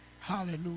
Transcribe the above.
Hallelujah